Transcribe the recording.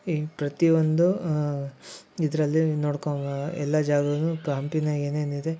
ಈ ಪ್ರತಿಯೊಂದು ಇದರಲ್ಲಿ ನೋಡ್ಕೊಂಬೋದು ಎಲ್ಲ ಜಾಗನೂ ಕ ಹಂಪಿನಾಗೆ ಏನೇನಿದೆ